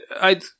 I-